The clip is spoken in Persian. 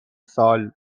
سال